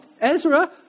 Ezra